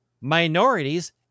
minorities